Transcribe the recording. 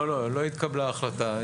לא, לא התקבלה החלטה.